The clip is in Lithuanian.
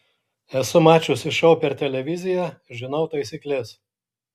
esu mačiusi šou per televiziją žinau taisykles